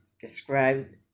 described